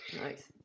Nice